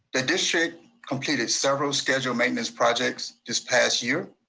the district completed several scheduled maintenance projects this past year,